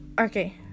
Okay